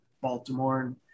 Baltimore